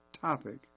topic